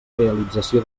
realització